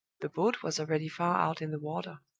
the boat was already far out in the water,